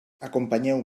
acompanyeu